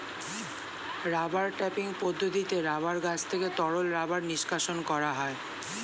rubber tapping পদ্ধতিতে rubber গাছ থেকে তরল রাবার নিষ্কাশণ করা হয়